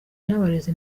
n’abarezi